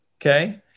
okay